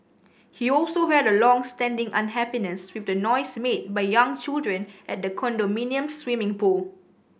he also had a long standing unhappiness with the noise made by young children at the condominium's swimming pool